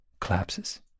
collapses